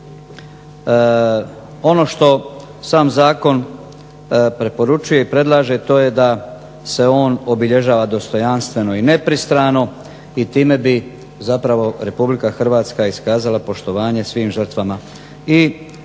Ono što sam zakon preporučuje i predlaže to je da se on obilježava dostojanstveno i nepristrano i time bi zapravo RH iskazala poštovanje svim žrtvama i kao što